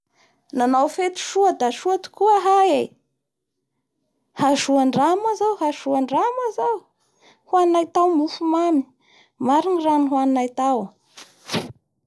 O! ry zalahy reto o! o riano, manao fety soa avao any hanreo isanandro io o!ka atao akory re ny mahatonga ny fety la soa la mipoapoaky hokany ataonareo io!